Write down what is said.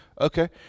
Okay